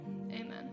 amen